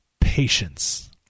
patience